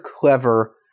clever